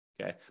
okay